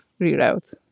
reroute